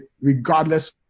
regardless